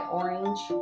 orange